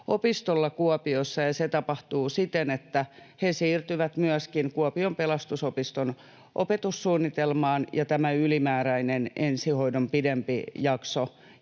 Pelastusopistolla Kuopiossa, ja se tapahtuu siten, että he siirtyvät myöskin Kuopion Pelastusopiston opetussuunnitelmaan ja tämä ylimääräinen ensihoidon pidempi jakso